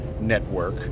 network